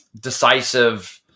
decisive